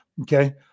okay